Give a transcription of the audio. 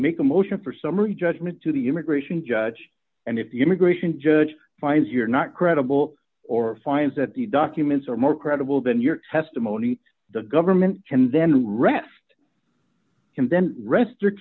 make a motion for summary judgment to the immigration judge and if the immigration judge finds you're not credible or finds that the documents are more credible than your testimony the government can then rest can then rest